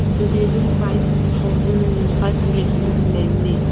ꯑꯗꯨꯗꯤ ꯑꯗꯨꯝ five thousand five ꯍꯟꯗ꯭ꯔꯦꯗꯒꯨꯝꯕꯗꯤ ꯂꯩꯕꯅꯤ